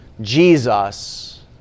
Jesus